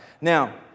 Now